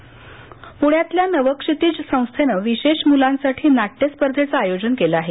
स्पर्धा पुण्यातल्या नवक्षितिज संस्थेनं विशेष मुलांसाठी नाट्य स्पर्धेचं आयोजन केलं आहे